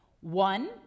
One